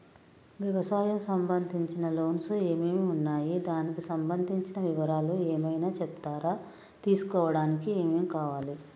వ్యవసాయం సంబంధించిన లోన్స్ ఏమేమి ఉన్నాయి దానికి సంబంధించిన వివరాలు ఏమైనా చెప్తారా తీసుకోవడానికి ఏమేం కావాలి?